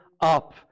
up